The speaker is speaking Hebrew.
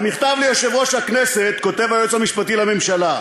במכתב ליושב-ראש הכנסת כותב היועץ המשפטי לממשלה: